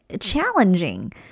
challenging